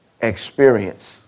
experience